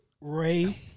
Ray